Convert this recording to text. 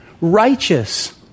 righteous